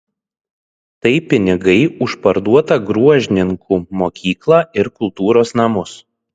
tai pinigai už parduotą gruožninkų mokyklą ir kultūros namus